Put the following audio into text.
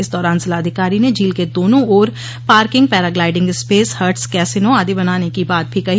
इस दौरान जिलाधिकारी ने झील के दोनो ओर parking paragliding space huts casinos आदि बनाने की बात भी कहीं